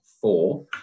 four